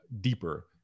deeper